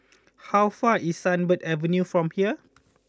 how far away is Sunbird Avenue from here